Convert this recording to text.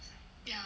ya